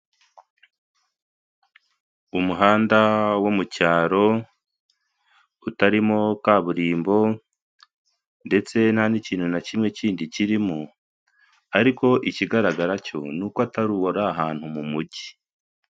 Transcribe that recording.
Umuhanda wo mu cyaro, utarimo kaburimbo ndetse nta n'ikintu na kimwe kindi kirimo ariko ikigaragara cyo, ni uko atari uwo uri ahantu mu mujyi.